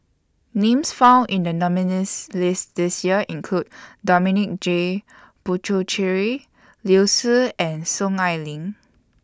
Names found in The nominees' list This Year include Dominic J Puthucheary Liu Si and Soon Ai Ling